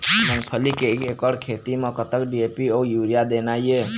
मूंगफली के एक एकड़ खेती म कतक डी.ए.पी अउ यूरिया देना ये?